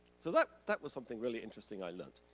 so that that was something really interesting i learned.